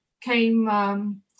came